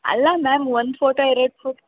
ಅಲ್ಲ ಮ್ಯಾಮ್ ಒಂದು ಫೋಟೋ ಎರಡು ಫೋ